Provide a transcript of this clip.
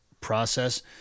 process